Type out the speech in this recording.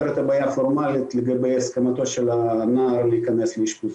את הבעיה הפורמלית לגבי הסכמתו של הנער להיכנס לאשפוזית.